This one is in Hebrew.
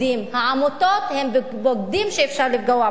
העמותות הן בוגדים שאפשר לפגוע בהם.